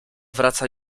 wraca